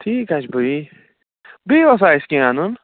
ٹھیٖک ہا چھُ بایی بیٚیہِ اوسا اَسہِ کیٚنٛہہ اَنُن